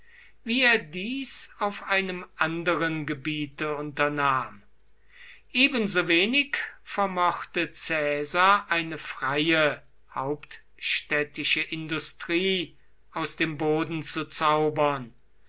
er dies auf einem anderen gebiete unternahm ebensowenig vermochte caesar eine freie hauptstädtische industrie aus dem boden zu zaubern